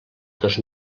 dos